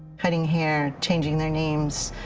cutting hair, changing their names,